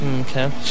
okay